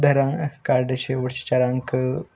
धरा आधार कार्डाचे शेवटचे चार अंक